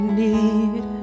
need